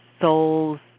soul's